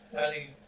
Ali